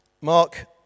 Mark